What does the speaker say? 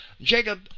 Jacob